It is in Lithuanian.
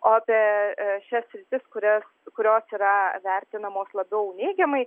o apie šias sritis kurias kurios yra vertinamos labiau neigiamai